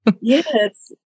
Yes